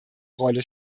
rolle